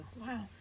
Wow